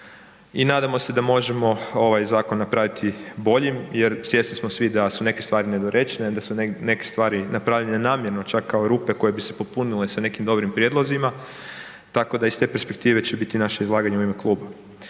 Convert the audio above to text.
i nadamo se da možemo ovaj zakon napraviti boljim jer svjesni smo svi da su neke stvari nedorečene, da su neke stvari napravljene namjerno čak kao rupe koje bi se popunile sa nekim dobrim prijedlozima, tako da iz te perspektive će biti naše izlaganje u ime kluba.